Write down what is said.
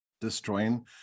destroying